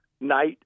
night